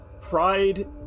pride